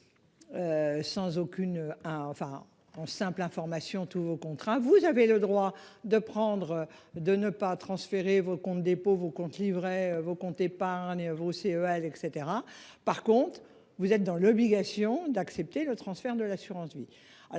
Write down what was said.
Sans aucune hein enfin en simple information tous vos contrats. Vous avez le droit de prendre de ne pas transférer vos comptes dépôts vos comptes livrets vos comptes épargne CEL et cetera par contre vous êtes dans l'obligation d'accepter le transfert de l'assurance vie